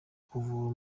kuvura